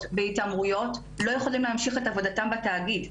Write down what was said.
ובהתעמרויות לא יכולים להמשיך את עבודתם בתאגיד.